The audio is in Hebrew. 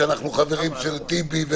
שאנחנו חברים של טיבי,